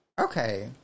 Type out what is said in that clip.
Okay